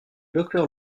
docteur